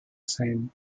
sein